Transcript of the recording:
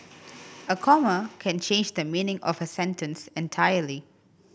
a comma can change the meaning of a sentence entirely